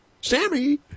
Sammy